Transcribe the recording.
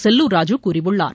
செல்லூர் ராஜு கூறியுள்ளார்